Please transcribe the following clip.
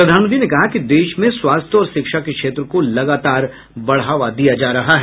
प्रधानमंत्री ने कहा कि देश में स्वास्थ्य और शिक्षा के क्षेत्र को लगातार बढ़ावा दिया जा रहा है